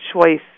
choice